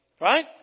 Right